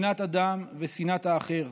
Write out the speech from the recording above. שנאת אדם ושנאת האחר,